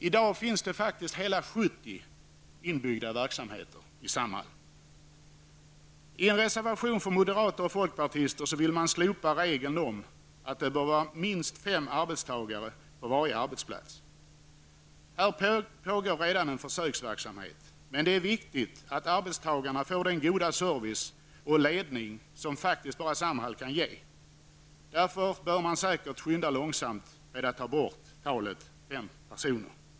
I dag finns det faktiskt hela 70 inbyggda verkstäder i Samhall. I en annan reservation vill moderater och folkpartister slopa regeln om att det bör vara minst fem arbetstagare på varje arbetsplats. Här pågår redan en försöksverksamhet, men det är viktigt att arbetstagarna får den goda service och ledning som faktiskt bara Samhall kan ge. Därför bör man skynda långsamt när det gäller att ändra antalet fem arbetstagare.